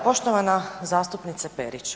Poštovana zastupnice Perić.